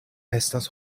estas